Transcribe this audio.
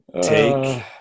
Take